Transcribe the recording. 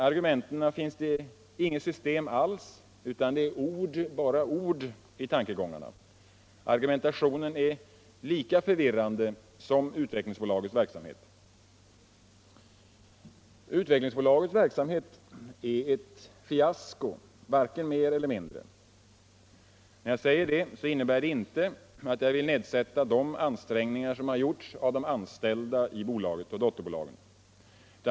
Det är inget system alls utan ord, bara ord i tankegångarna. Argumentationen är lika förvirrande som Utvecklingsbolagets verksamhet. Herr talman! Utvecklingsbolagets verksamhet är ett fiasko, varken mer eller mindre. Med det vill jag inte nedsätta de ansträngningar som gjorts av de anställda i bolaget och dotterbolagen.